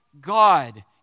God